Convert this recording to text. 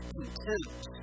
content